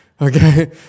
Okay